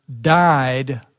died